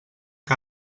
que